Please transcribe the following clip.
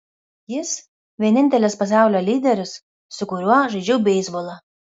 jis vienintelis pasaulio lyderis su kuriuo žaidžiau beisbolą